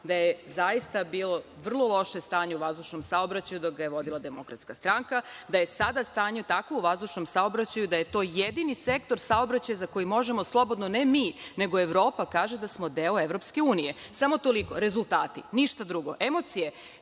da je zaista bilo vrlo loše stanje u vazdušnom saobraćaju dok ga je vodila DS, da je sada stanje takvo u vazdušnom saobraćaju da je to jedini sektor saobraćaja za koji možemo slobodno, ne mi nego Evropa kaže da smo deo EU. Samo toliko – rezultati. Ništa drugo. Emocije?